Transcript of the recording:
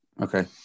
Okay